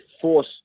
force